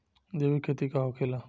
जैविक खेती का होखेला?